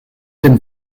dem